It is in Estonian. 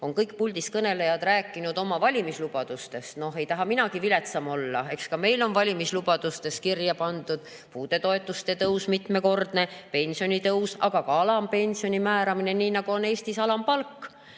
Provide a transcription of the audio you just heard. on kõik puldis kõnelejad rääkinud oma valimislubadustest. Noh, ei taha minagi viletsam olla. Eks ka meil on valimislubadustes kirja pandud mitmekordne puudetoetuste tõus, pensionitõus, aga ka alampensioni määramine, nii nagu on Eestis alampalk,